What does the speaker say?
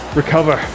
recover